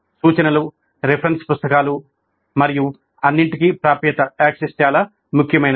సూచనలు రిఫరెన్స్ పుస్తకాలు మరియు అన్నింటికీ ప్రాప్యత చాలా ముఖ్యమైనది